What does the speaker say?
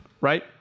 right